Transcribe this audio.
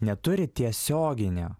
neturi tiesioginio